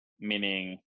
meaning